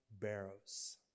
Barrows